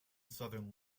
southern